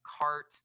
cart